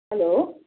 hello